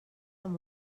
amb